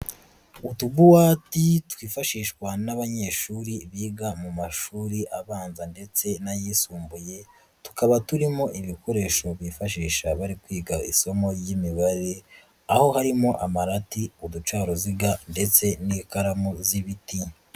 Utubuwati twifashishwa n'abanyeshuri biga mu mashuri abanza ndetse n'ayisumbuye, tukaba turimo ibikoresho bifashisha bari kwiga isomo ry'imibare, aho harimo amarati, uducaruziga ndetse n'ikaramu z'ibiti.